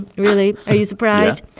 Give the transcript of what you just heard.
really? are you surprised?